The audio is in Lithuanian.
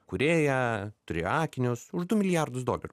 kūrėja turi akinius už du milijardus dolerių